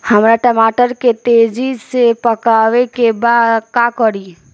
हमरा टमाटर के तेजी से पकावे के बा का करि?